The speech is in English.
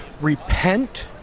Repent